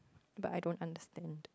but I don't understand